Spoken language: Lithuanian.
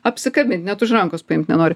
apsikabint net už rankos paimt nenori